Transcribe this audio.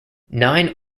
nine